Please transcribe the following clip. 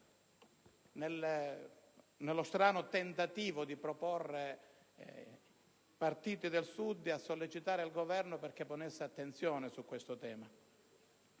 nello strano tentativo di proporre partiti del Sud e di sollecitare il Governo perché ponesse attenzione sul tema.